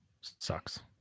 sucks